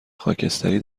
خاکستری